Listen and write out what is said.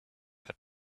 had